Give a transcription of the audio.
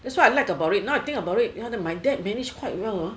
that's what I like about it now I think about it my dad managed quite well ah